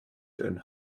done